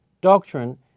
doctrine